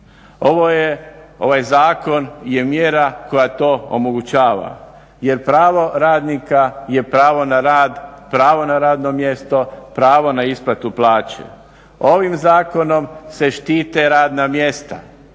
Ovaj zakon je mjera koja to omogućava jer pravo radnika je pravo na rad, pravo na radno mjesto, pravo na isplatu plaće. Ovim zakonom se štite radna mjesta